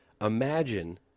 imagine